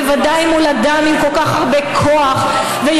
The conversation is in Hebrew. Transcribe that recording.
בוודאי מול אדם עם כל כך הרבה כוח ויכולת